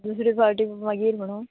दुसरे फावटी मागीर म्हणो